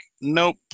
nope